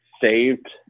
saved